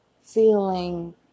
feeling